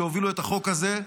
שהובילו את החוק הזה,